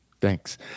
Thanks